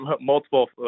multiple